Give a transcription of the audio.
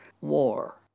war